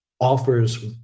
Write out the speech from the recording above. offers